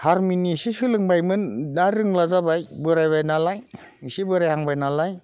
हारमुनिसो सोलोंबायमोन दा रोंला जाबाय बोरायबाय नालाय एसे बोरायहांबाय नालाय